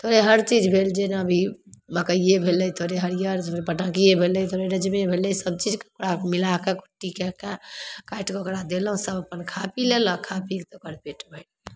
थोड़े हर चीज भेल जेना भी मकैए भेलै थोड़े हरिअर थोड़े पटकिए भेलै थोड़े रेजवे भेलै सब चीजके ओकरा मिलाके कुट्टीके कऽ काटिकऽ ओकरा देलहुँ सब अपन खा पी लेलक खा पीके ओकर पेट भरि गेल